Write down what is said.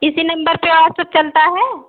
इसी नंबर पर व्हाटसप चलता है